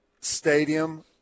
stadium